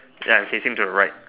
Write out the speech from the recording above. ya I'm sitting to the right